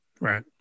Right